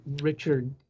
Richard